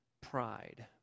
pride